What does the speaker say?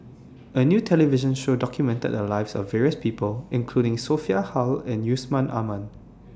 A New television Show documented The Lives of various People including Sophia Hull and Yusman Aman